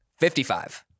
55